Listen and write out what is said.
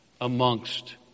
...amongst